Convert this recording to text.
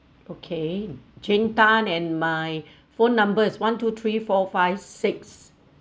okay jane Tan and my phone number is one two three four five six